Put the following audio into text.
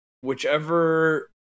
whichever